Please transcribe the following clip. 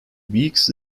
weeks